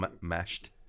mashed